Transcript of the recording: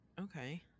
Okay